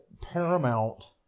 paramount